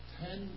ten